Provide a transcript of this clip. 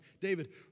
David